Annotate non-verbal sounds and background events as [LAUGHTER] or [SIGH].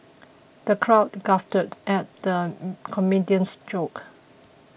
the crowd guffawed at the [HESITATION] comedian's jokes